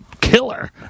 killer